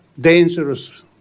dangerous